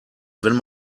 wenn